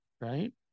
right